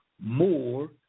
more